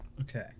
Okay